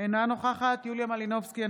אינה נוכחת יוליה מלינובסקי,